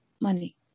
money